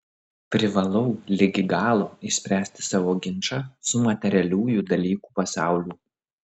privalau ligi galo išspręsti savo ginčą su materialiųjų dalykų pasauliu